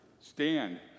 stand